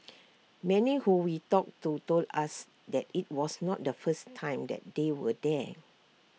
many who we talked to told us that IT was not the first time that they were there